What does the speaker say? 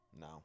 No